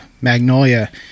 Magnolia